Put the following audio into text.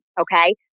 Okay